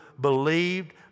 believed